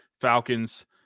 Falcons